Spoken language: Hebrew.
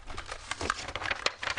12:03.